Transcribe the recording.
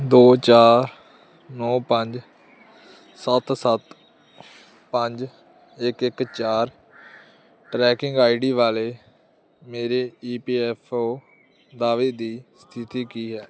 ਦੋ ਚਾਰ ਨੌਂ ਪੰਜ ਸੱਤ ਸੱਤ ਪੰਜ ਇੱਕ ਇੱਕ ਚਾਰ ਟਰੈਕਿੰਗ ਆਈ ਡੀ ਵਾਲੇ ਮੇਰੇ ਈ ਪੀ ਐੱਫ ਓ ਦਾਅਵੇ ਦੀ ਸਥਿਤੀ ਕੀ ਹੈ